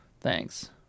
Thanks